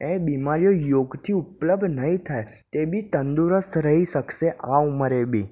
એ બીમારીઓ યોગથી ઉપલબ્ધ નહીં થાય તે બી તંદુરસ્ત રહી શકશે આ ઉંમરે બી